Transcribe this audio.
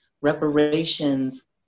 reparations